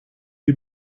you